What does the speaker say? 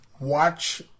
Watch